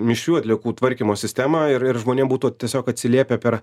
mišrių atliekų tvarkymo sistemą ir ir žmonėm būtų tiesiog atsiliepia per